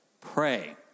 Pray